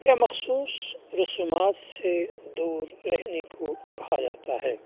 یا مخصوص رسومات سے دور رہنے کو کہا جاتا ہے